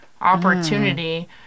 opportunity